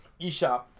eShop